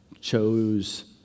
chose